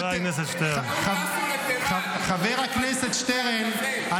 חבר הכנסת שטרן.